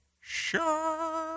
sure